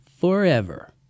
forever